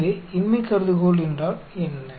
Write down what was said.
எனவே இன்மை கருதுகோள் என்ன